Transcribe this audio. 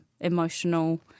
emotional